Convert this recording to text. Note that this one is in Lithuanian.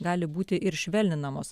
gali būti ir švelninamos